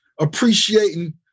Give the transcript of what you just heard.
appreciating